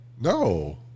No